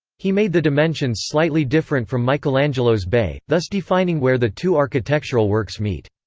he made the dimensions slightly different from michelangelo's bay, thus defining where the two architectural works meet.